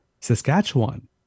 saskatchewan